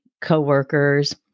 coworkers